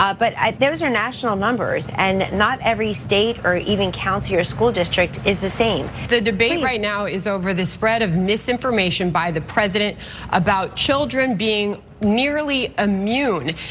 um but those are national numbers and not every state or even county or school district is the same. the debate right now is over the spread of misinformation by the president about children being nearly immune.